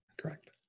Correct